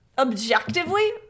objectively